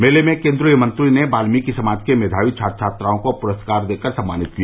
मेले में केन्द्रीय मंत्री ने वाल्मीकि समाज के मेधावी छात्र छात्राओं को पुरस्कार देकर सम्मानित किया